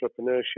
entrepreneurship